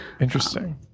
Interesting